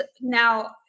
now